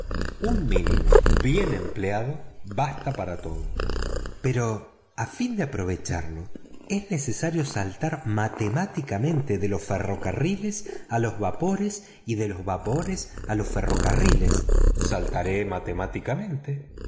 un mínimo bien empleado basta para todo pero a fin de aprovecharlo es necesario saltar matemáticamente de los ferrocarriles a los vapores y de los vapores a los ferrocarriles saltaré matemáticamente